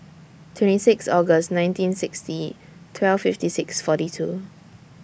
twenty six August nineteen sixty twelve fifty six forty two